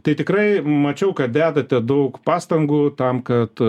tai tikrai mačiau kad dedate daug pastangų tam kad